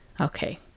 okay